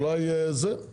אולי יהיו לנו תשובות לעניין.